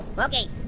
okay,